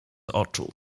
oczu